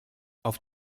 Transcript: auf